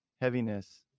heaviness